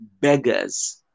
beggars